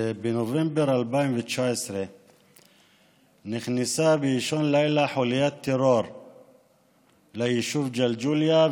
בנובמבר 2019 נכנסה באישון לילה חוליית טרור לישוב ג'לג'וליה,